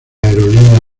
aerolínea